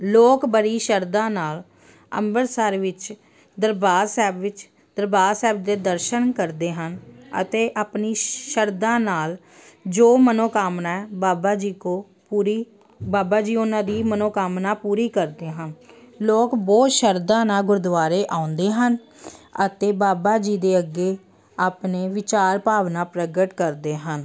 ਲੋਕ ਬੜੀ ਸ਼ਰਧਾ ਨਾਲ ਅੰਬਰਸਰ ਵਿੱਚ ਦਰਬਾਰ ਸਾਹਿਬ ਵਿੱਚ ਦਰਬਾਰ ਸਾਹਿਬ ਦੇ ਦਰਸ਼ਨ ਕਰਦੇ ਹਨ ਅਤੇ ਆਪਣੀ ਸ਼ਰਧਾ ਨਾਲ ਜੋ ਮਨੋਕਾਮਨਾ ਬਾਬਾ ਜੀ ਕੋ ਪੂਰੀ ਬਾਬਾ ਜੀ ਉਹਨਾਂ ਦੀ ਮਨੋਕਾਮਨਾ ਪੂਰੀ ਕਰਦੇ ਹਨ ਲੋਕ ਬਹੁਤ ਸ਼ਰਧਾ ਨਾਲ ਗੁਰਦੁਆਰੇ ਆਉਂਦੇ ਹਨ ਅਤੇ ਬਾਬਾ ਜੀ ਦੇ ਅੱਗੇ ਆਪਣੇ ਵਿਚਾਰ ਭਾਵਨਾ ਪ੍ਰਗਟ ਕਰਦੇ ਹਨ